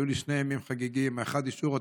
היו לי שני ימים חגיגיים: האחד, אישור התקציב,